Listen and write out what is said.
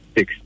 Six